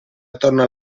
attorno